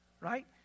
right